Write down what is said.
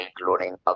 including